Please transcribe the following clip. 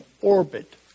orbit